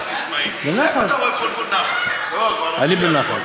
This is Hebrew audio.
לא יום-יום,